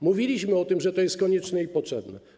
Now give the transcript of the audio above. Mówiliśmy o tym, że to jest konieczne i potrzebne.